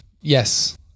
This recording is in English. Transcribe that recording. yes